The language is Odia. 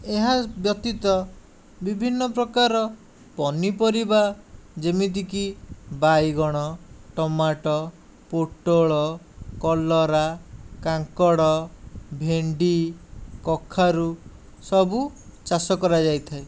ଏହା ବ୍ୟତୀତ ବିଭିନ୍ନ ପ୍ରକାର ପନିପରିବା ଯେମିତିକି ବାଇଗଣ ଟମାଟୋ ପୋଟଳ କଲରା କାଙ୍କଡ଼ ଭେଣ୍ଡି କଖାରୁ ସବୁ ଚାଷ କରାଯାଇଥାଏ